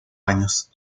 años